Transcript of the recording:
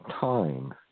time